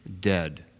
dead